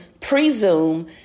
presume